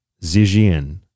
Zijian